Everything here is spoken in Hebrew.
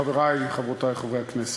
חברי וחברותי חברי הכנסת,